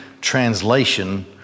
translation